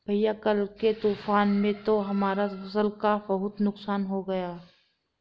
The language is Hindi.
भैया कल के तूफान में तो हमारा फसल का बहुत नुकसान हो गया